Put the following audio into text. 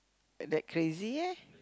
th~ that crazy eh